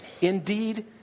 Indeed